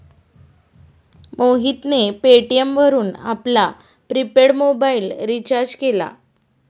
मोहितने पेटीएम वरून आपला प्रिपेड मोबाइल रिचार्ज केला